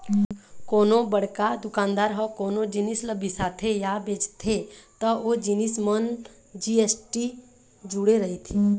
कोनो बड़का दुकानदार ह कोनो जिनिस ल बिसाथे या बेचथे त ओ जिनिस मन म जी.एस.टी जुड़े रहिथे